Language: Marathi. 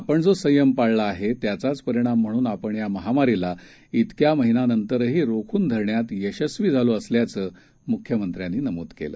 आपण जो संयम पाळला आहे त्याचाच परिणाम म्हणून आपण या महामारीला इतक्या महिन्यानंतरही रोखून धरण्यात यशस्वी झालो असल्याचं मुख्यमंत्र्यांनी नमूद केलं